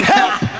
Help